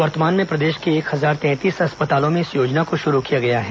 वर्तमान में प्रदेश के एक हजार तैंतीस अस्पतालों में इस योजना को शुरू किया गया है